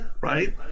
right